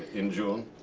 in june.